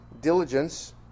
diligence